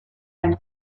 ein